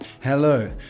Hello